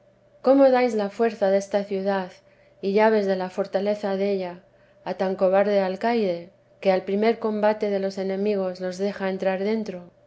cómo dais la fuerza desta ciudad y llaves de la fortaleza della a tan cobarde alcaide que al primer combate de los enemigos los deja entrar dentro